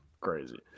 crazy